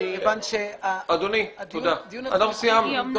אדוני תודה, אנחנו סיימנו.